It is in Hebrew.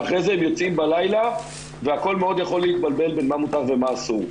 ואחרי זה הם יוצאים בלילה והכל מאוד יכול להתבלבל בין מה מותר ומה אסור.